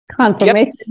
confirmation